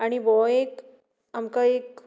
आनी हो एक आमकां एक